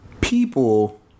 People